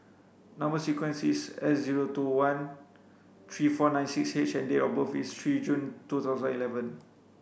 number sequence is S zero two one three four nine six H and date of birth is three June two thousand eleven